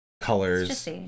colors